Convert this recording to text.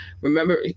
Remember